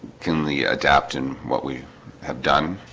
can the adapt in what we have done,